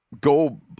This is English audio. Go